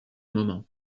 moment